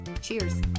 cheers